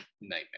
nightmare